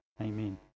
Amen